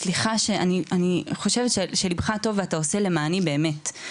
סליחה שאני חושבת שליבך טוב ואתה עושה למעני באמת,